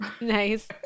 Nice